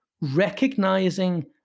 recognizing